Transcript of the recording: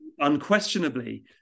Unquestionably